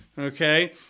okay